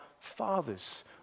fathers